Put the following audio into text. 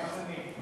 גם אני.